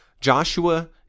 Joshua